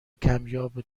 کمیاب